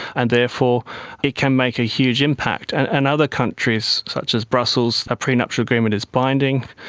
and therefore it can make a huge impact. and and other countries such as brussels, a prenuptial agreement is binding,